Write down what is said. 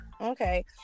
Okay